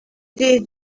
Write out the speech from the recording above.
did